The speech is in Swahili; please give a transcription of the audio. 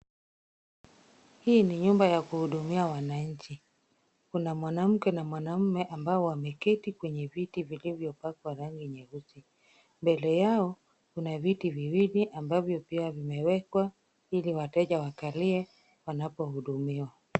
Hii ni nyumba ya kuhudumia wananchi, Kuna mwanamke na mwanamme ambao wameketi kwenye viti vilivyopakwa rangi nyeupe. Mbele yao kuna viti viwili ambavyo pia vimewekwa ili wateja wakalie wanapohudumiwa.